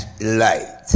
light